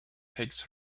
takes